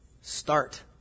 start